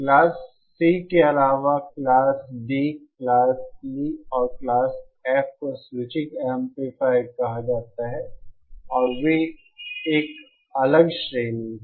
class C के अलावा class D class E और क्लास F को स्विचिंग एम्पलीफायर कहा जाता है और वे एक अलग श्रेणी हैं